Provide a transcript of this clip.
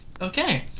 Okay